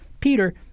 Peter